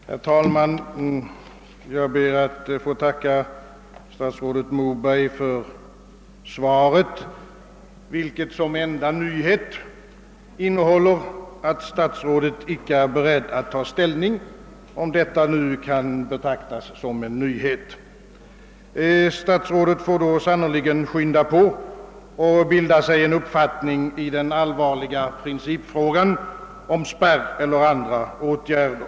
Herr talman! Jag ber att få tacka statsrådet Moberg för svaret, vilket som enda nyhet innehåller att statsrådet icke är beredd att ta ställning — om detta nu kan betraktas som en nyhet. Statsrådet får då sannerligen skynda på med att bilda sig en uppfattning i den allvarliga principfrågan om spärr eller andra åtgärder.